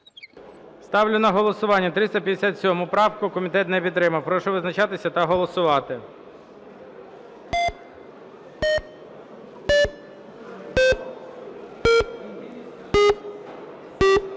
Ставлю на голосування 370 правку. Комітетом не підтримана. Прошу визначатися та голосувати.